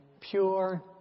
pure